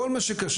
כל מה שקשור,